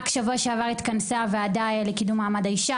רק בשבוע שעבר התכנסה הוועדה לקידום מעמד האישה,